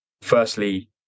firstly